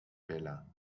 vela